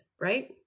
right